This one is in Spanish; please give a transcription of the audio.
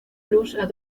luz